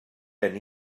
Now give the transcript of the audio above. gen